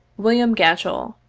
william gatchell,